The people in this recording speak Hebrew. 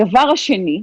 הדבר השני,